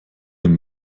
den